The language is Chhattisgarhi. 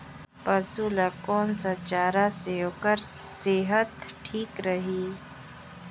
पशु ला कोन स चारा से ओकर सेहत ठीक रही?